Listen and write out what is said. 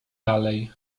dalej